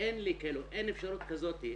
אין אפשרות כזאת.